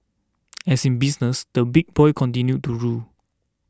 as in business the big boys continue to rule